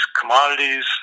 commodities